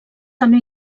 també